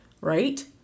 Right